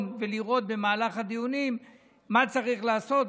ולראות במהלך הדיונים מה צריך לעשות.